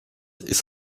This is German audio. ist